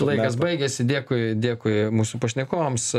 laikas baigiasi dėkui dėkui mūsų pašnekovams